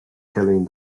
killing